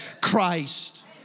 Christ